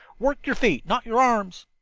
work your feet, not your arms.